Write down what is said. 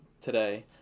today